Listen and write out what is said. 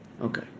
Okay